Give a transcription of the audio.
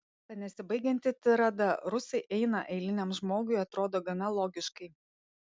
ta nesibaigianti tirada rusai eina eiliniam žmogui atrodo gana logiškai